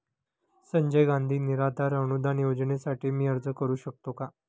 संजय गांधी निराधार अनुदान योजनेसाठी मी अर्ज करू शकतो का?